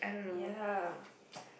ya